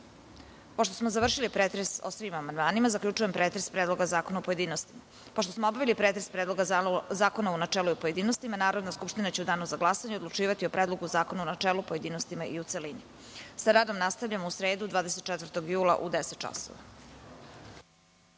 (Ne)Pošto smo završili pretres o svim amandmanima, zaključujem pretres Predloga zakona u pojedinostima. Pošto smo obavili pretres Predloga zakona u načelu i u pojedinostima, Narodna skupština će u Danu za glasanje odlučivati o Predlogu zakona u načelu, pojedinostima i u celini. Sa radom nastavljamo u sredu, 24. jula 2013.